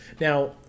Now